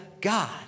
God